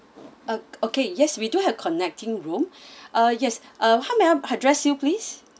o~ okay yes we do have connecting room uh yes uh how may I address you please